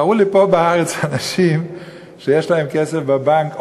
תראו לי פה בארץ אנשים שיש להם כסף בבנק,